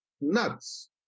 nuts